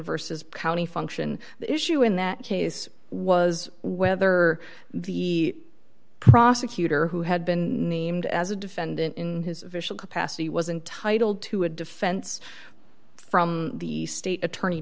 versus county function issue in that case was whether the prosecutor who had been named as a defendant in his official capacity was intitled to a defense from the state attorney